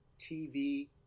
TV